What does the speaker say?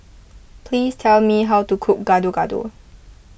please tell me how to cook Gado Gado